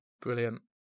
Brilliant